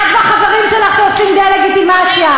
את והחברים שלך שעושים דה-לגיטימציה.